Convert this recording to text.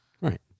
Right